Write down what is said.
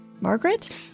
Margaret